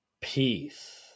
Peace